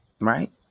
Right